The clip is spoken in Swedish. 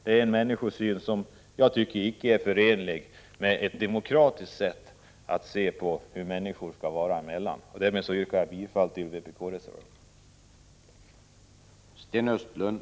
Det är en människosyn som jag tycker icke är förenlig med ett demokratiskt sätt att se på hur människor skall behandlas. Därmed yrkar jag bifall till vpk-reservationen.